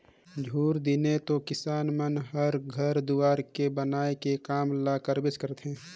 झूर दिने तो किसान मन हर घर दुवार के बनाए के काम ल करबेच करथे